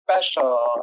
special